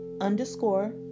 underscore